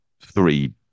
three